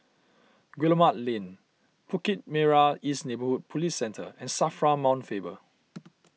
Guillemard Lane Bukit Merah East Neighbourhood Police Centre and Safra Mount Faber